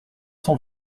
cent